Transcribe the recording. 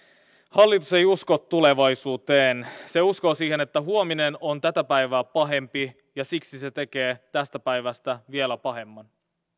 hallitus ei usko tulevaisuuteen se uskoo siihen että huominen on tätä päivää pahempi ja siksi se tekee tästä päivästä vielä pahemman